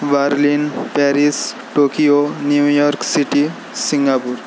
Berlin Paris Tokyo New York city Singapore